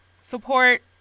support